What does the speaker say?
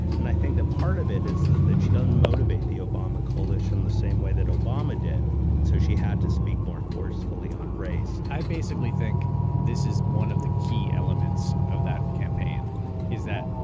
and i think that part of it is is that she doesn't motivate the obama coalition the same way that obama did, and so she had to speak more forcefully on race. i basically think this is one of the key elements of that campaign is that,